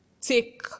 take